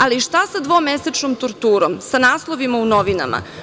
Ali, šta sa dvomesečnom torturom, sa naslovima u novinama?